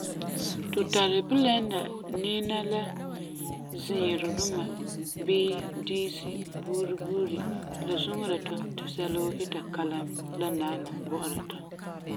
Tu tari bilɛnda niina la ziirɔ duma bii diisi buuri buuri, ti la suŋera tu ti sɛla woo ita kalam la naana bɔ'ɔra tu.